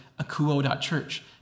akuo.church